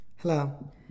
Hello